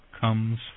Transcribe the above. comes